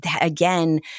again